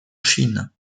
chine